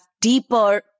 deeper